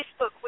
Facebook